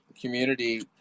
community